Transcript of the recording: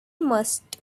must